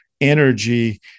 energy